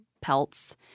pelts